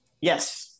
Yes